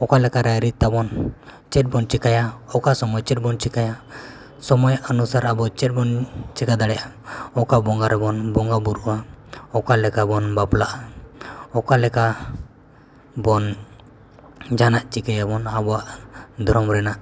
ᱚᱠᱟᱞᱮᱠᱟ ᱨᱟᱭᱨᱤᱛ ᱛᱟᱵᱚᱱ ᱪᱮᱫ ᱵᱚᱱ ᱪᱮᱠᱟᱭᱟ ᱚᱠᱟ ᱥᱚᱢᱚᱭ ᱪᱮᱫ ᱵᱚᱱ ᱪᱮᱠᱟᱭᱟ ᱥᱚᱢᱚᱭ ᱚᱱᱩᱥᱟᱨ ᱟᱵᱚ ᱪᱮᱫ ᱵᱚᱱ ᱪᱮᱠᱟ ᱫᱟᱲᱮᱭᱟᱜᱼᱟ ᱚᱠᱟ ᱵᱚᱸᱜᱟ ᱨᱮᱵᱚᱱ ᱵᱚᱸᱜᱟᱵᱩᱨᱩᱜᱼᱟ ᱚᱠᱟᱞᱮᱠᱟ ᱵᱚᱱ ᱵᱟᱯᱞᱟᱜᱼᱟ ᱚᱠᱟᱞᱮᱠᱟ ᱵᱚᱱ ᱡᱟᱦᱟᱱᱟᱜ ᱪᱮᱠᱟᱭᱟᱵᱚᱱ ᱟᱵᱚᱣᱟᱜ ᱫᱷᱚᱨᱚᱢ ᱨᱮᱱᱟᱜ